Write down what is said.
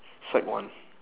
sec one